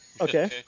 Okay